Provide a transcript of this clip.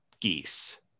geese